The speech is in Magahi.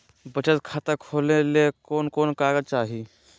बचत खाता खोले ले कोन कोन कागज चाही?